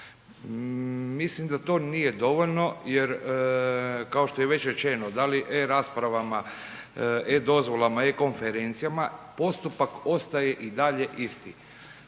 Mislim da to nije dovoljno jer kao što je već rečeno, da li e-raspravama, e-dozvolama, e-konferencijama postupak ostaje i dalje isti.